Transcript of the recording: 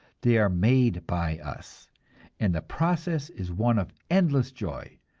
they are made by us and the process is one of endless joy,